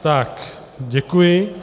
Tak děkuji.